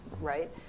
right